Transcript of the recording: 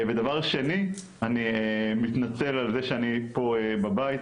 ודבר שני אני מתנצל על זה שאני פה בבית,